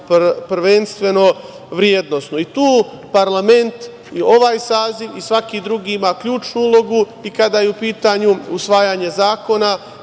prvenstveno vrednosno. Tu parlament, ovaj saziv i svaki drugi ima ključnu ulogu i kada je u pitanju usvajanje zakona,